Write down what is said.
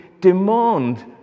demand